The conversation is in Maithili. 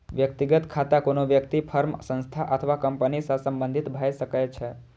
व्यक्तिगत खाता कोनो व्यक्ति, फर्म, संस्था अथवा कंपनी सं संबंधित भए सकै छै